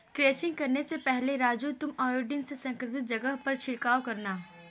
crutching करने से पहले राजू तुम आयोडीन से संक्रमित जगह पर छिड़काव करना